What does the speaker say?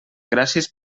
gràcies